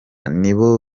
nibo